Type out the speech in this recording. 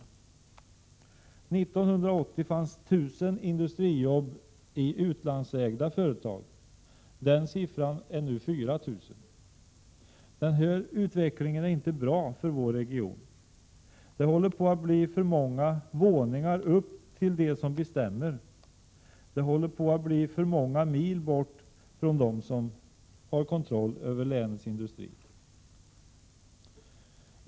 — 1980 fanns 1 000 industrijobb i utlandsägda företag. Andelen är nu 4 000. Den här utvecklingen är inte bra för vår region. Det håller på att bli för många våningar upp till dem som bestämmer. Det håller på att bli för många mil bort från dem som har kontroll över länets industri.